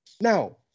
Now